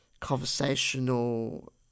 conversational